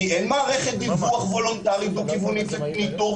כי אין מערכת דיווח וולונטרית לניטור,